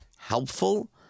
helpful